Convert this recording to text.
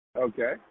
Okay